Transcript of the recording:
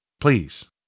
Please